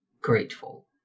grateful